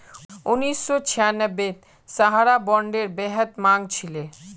उन्नीस सौ छियांबेत सहारा बॉन्डेर बेहद मांग छिले